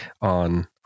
on